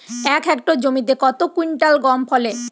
এক হেক্টর জমিতে কত কুইন্টাল গম ফলে?